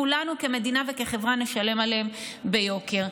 כולנו כמדינה וכחברה נשלם עליהם ביוקר.